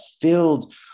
filled